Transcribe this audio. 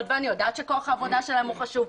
ואני יודעת שכח העבודה שלהם הוא חשוב.